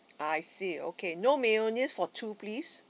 I see okay no mayonnaise for two please